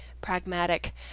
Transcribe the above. pragmatic